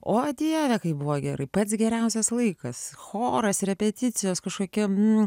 o dieve kaip buvo gerai pats geriausias laikas choras repeticijos kažkokiam